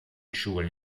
schulen